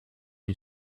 une